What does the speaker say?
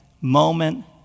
moment